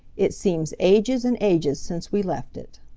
it seems ages and ages since we left it.